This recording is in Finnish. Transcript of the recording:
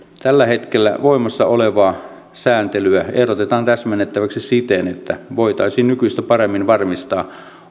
tällä hetkellä voimassa olevaa sääntelyä ehdotetaan täsmennettäväksi siten että voitaisiin nykyistä paremmin varmistaa